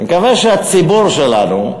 אני מקווה שהציבור שלנו,